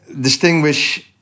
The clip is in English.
distinguish